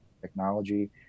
technology